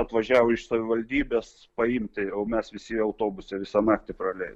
atvažiavo iš savivaldybės paimti o mes visi autobuse visą naktį pralei